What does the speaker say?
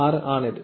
6 ആണ് ഇത്